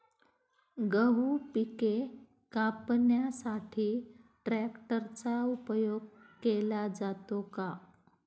गहू पिके कापण्यासाठी ट्रॅक्टरचा उपयोग केला जातो का?